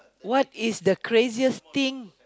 what is the craziest thing